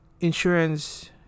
insurance